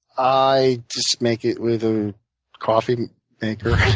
i just make it with a coffee maker.